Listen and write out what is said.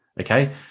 Okay